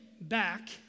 back